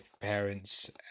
parents